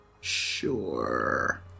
Sure